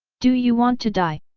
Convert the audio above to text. do you want to die?